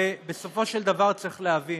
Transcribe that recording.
ובסופו של דבר, צריך להבין: